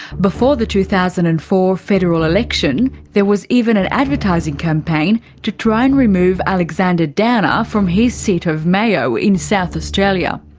before the two thousand and four federal election there was even an advertising campaign to try and remove alexander downer from his seat of mayo in south australia.